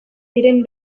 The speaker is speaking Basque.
diren